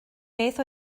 beth